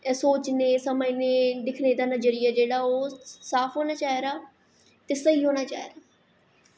एह् सोचने समझने ते दिक्खने दा जरिया जेह्ड़ा ओह् साफ होना चाहिदा ते स्हेई होना चाहिदा